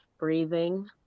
Breathing